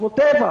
כמו טבח,